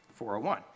401